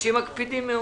אנשים מקפידים מאוד.